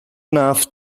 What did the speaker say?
enough